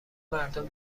مردم